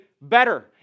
better